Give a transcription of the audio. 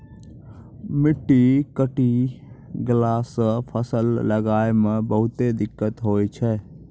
मिट्टी कटी गेला सॅ फसल लगाय मॅ बहुते दिक्कत होय छै